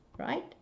Right